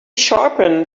sharpened